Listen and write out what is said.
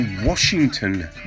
Washington